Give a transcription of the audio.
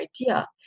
idea